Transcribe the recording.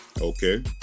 Okay